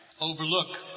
overlook